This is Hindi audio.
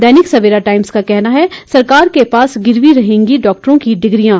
दैनिक सवेरा टाइम्स का कहना है सरकार के पास गिरवी रहेंगी डॉक्टरों की डिग्रियां